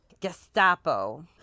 Gestapo